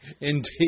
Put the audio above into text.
Indeed